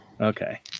Okay